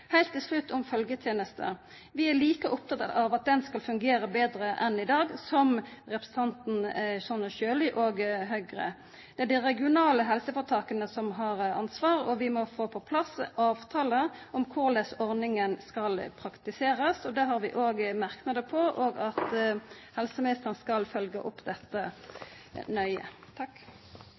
Heilt til slutt om følgjetenesta. Vi er like opptekne av at ho skal fungera betre enn i dag som representanten Sonja Sjøli og Høgre er. Det er dei regionale helseføretaka som har ansvaret, og vi må få på plass avtalar om korleis ordninga skal praktiserast. Det har vi òg merknadar om – og helseministeren skal følgja opp dette nøye.